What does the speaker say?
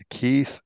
Keith